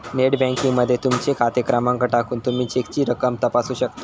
net banking मध्ये तुमचो खाते क्रमांक टाकून तुमी चेकची रक्कम तपासू शकता